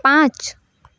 पाँच